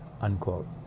unquote